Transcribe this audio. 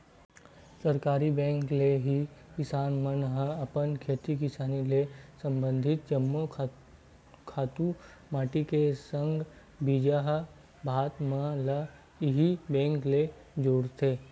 सहकारी बेंक ले ही किसान मन ह अपन खेती किसानी ले संबंधित जम्मो खातू माटी के संग बीजहा भात मन ल इही बेंक ले जुटाथे